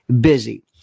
busy